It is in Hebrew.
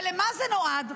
ולמה זה נועד?